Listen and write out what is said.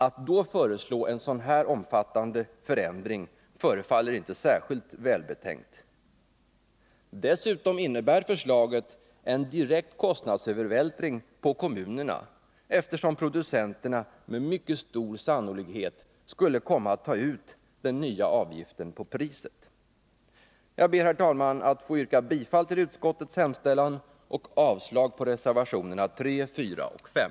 Att då föreslå en så här omfattande förändring förefaller inte särskilt välbetänkt. Dessutom innebär förslaget en direkt övervältring av kostnaderna på kommunerna, eftersom producenterna med mycket stor sannolikhet skulle komma att ta ut den nya avgiften genom att höja priset. 51 Jag ber, herr talman, att få yrka bifall till utskottets hemställan och avslag på reservationerna 3, 4 och 5.